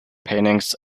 paintings